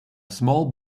small